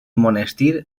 monestir